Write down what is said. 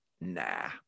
Nah